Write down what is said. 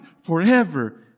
forever